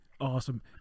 Awesome